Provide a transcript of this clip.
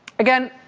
again,